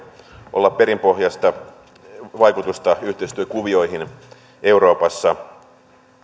olla perinpohjaista vaikutusta yhteistyökuvioihin euroopassa